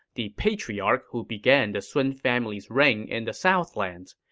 the patriarch who began the sun family's reign in the southlands.